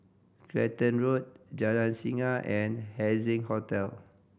Clacton Road Jalan Singa and Haising Hotel